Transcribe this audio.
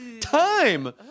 time